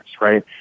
right